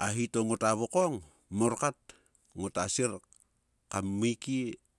a hi to ngota vokong, mor kat, ngota sir kam maeikie.